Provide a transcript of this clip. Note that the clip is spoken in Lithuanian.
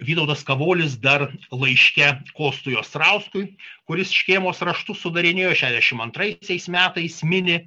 vytautas kavolis dar laiške kostui ostrauskui kuris škėmos raštus sudarinėjo šešiasdešimt antraisiais metais mini